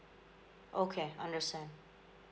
okay understand